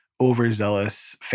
overzealous